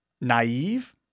naive